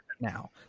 now